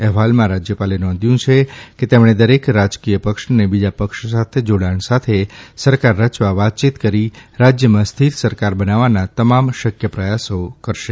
અહેવાલમાં રાજયપાલે નોંધ્યું છે કે તેમણે દરેક રાજકીય પક્ષને બીજા પક્ષ સાથે જોડાણ સાથે સરકાર રચવા વાતયીત કરી રાજયમાં સ્થિર સરકાર બનાવવાના તમામ શકય પ્રયાસો કરશે